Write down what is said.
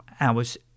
hours